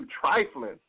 trifling